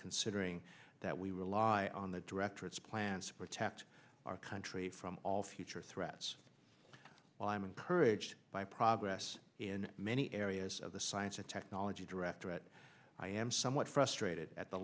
considering that we rely on the directorates plans to protect our country from all future threats while i'm encouraged by progress in many areas of the science and technology directorate i am somewhat frustrated at the